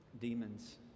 demons